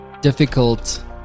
difficult